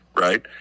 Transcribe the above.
Right